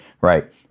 right